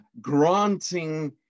granting